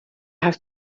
have